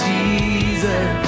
Jesus